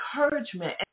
encouragement